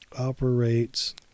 operates